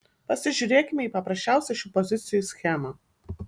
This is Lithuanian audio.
pasižiūrėkime į paprasčiausią šių pozicijų schemą